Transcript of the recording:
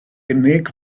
unig